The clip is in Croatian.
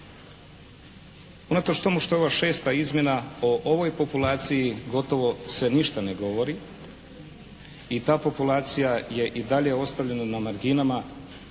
unatoč tomu što je ovo 6. izmjena o ovoj populaciji gotovo se ništa ne govori. I ta populacija je i dalje ostavljena na marginama,